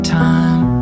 time